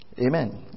Amen